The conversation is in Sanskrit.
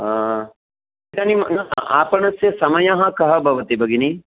इदानीम् आपणस्य समयः कः भवति भगिनी